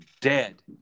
dead